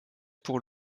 pour